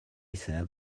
said